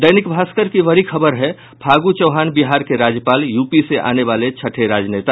दैनिक भास्कर की बड़ी खबर है फागु चौहान बिहार के राज्यपाल यूपी से आने वाले छठे राजनेता